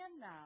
now